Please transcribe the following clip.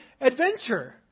adventure